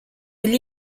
aient